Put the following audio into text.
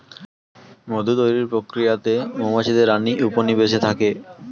মধু তৈরির প্রক্রিয়াতে মৌমাছিদের রানী উপনিবেশে থাকে